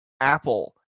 apple